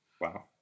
Wow